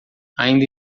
ainda